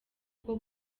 uko